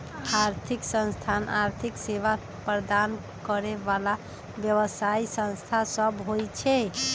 आर्थिक संस्थान आर्थिक सेवा प्रदान करे बला व्यवसायि संस्था सब होइ छै